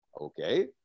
Okay